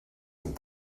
and